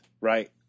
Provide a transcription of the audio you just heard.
right